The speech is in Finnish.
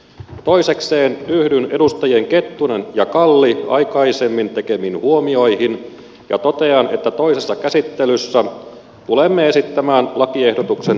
toisekseen yhdyn edustajien kettunen ja kalli aikaisemmin tekemiin huomioihin ja totean että toisessa käsittelyssä tulemme esittämään lakiehdotuksen hylkäämistä